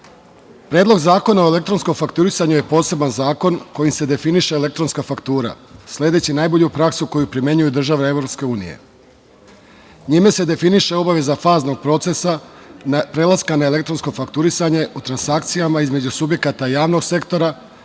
Predlog zakona o elektronskom fakturisanju je poseban zakon kojim se definiše elektronska faktura sledeći najbolju praksu koju primenjuju države EU. Njime se definiše obaveza faznog procesa prelaska na elektronsko fakturisanja u transakcijama između subjekata javnog sektora,